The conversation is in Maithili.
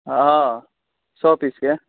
हँ सए पीसके